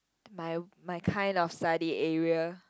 my my kind of study area